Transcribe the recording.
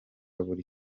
buri